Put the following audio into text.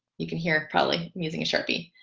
you can hear it probably using a sharpie